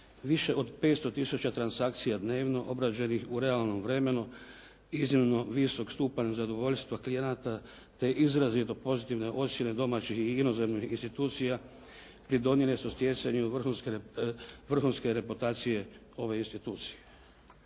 Više od 500 tisuća transakcija dnevno obrađenih u realnom vremenu, iznimno visok stupanj zadovoljstva klijenata te izrazito pozitivne ocjene domaćih i inozemnih institucija pridonijele su stjecanju vrhunske reputacije ove institucije.